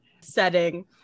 setting